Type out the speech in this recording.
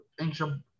ancient